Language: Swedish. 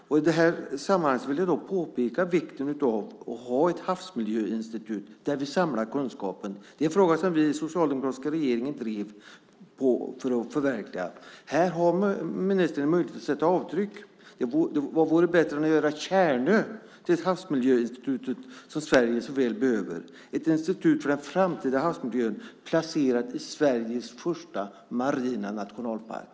I det här sammanhanget vill jag påpeka vikten av att ha ett havsmiljöinstitut där vi samlar kunskapen. Det är en fråga som vi i den socialdemokratiska regeringen drev på för att förverkliga. Här har ministern en möjlighet att sätta avtryck. Vad vore bättre än att göra Tjärnö till det havsmiljöinstitut som Sverige så väl behöver, ett institut för den framtida havsmiljön placerat i Sveriges första marina nationalpark?